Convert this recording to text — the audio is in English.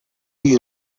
you